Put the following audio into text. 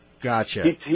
Gotcha